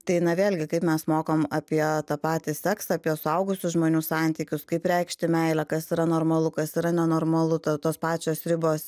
tai na vėlgi kaip mes mokom apie tą patį seksą apie suaugusių žmonių santykius kaip reikšti meilę kas yra normalu kas yra nenormalu to tos pačios ribos